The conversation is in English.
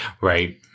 Right